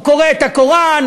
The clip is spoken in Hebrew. הוא קורא את הקוראן,